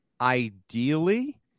Ideally